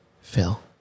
Phil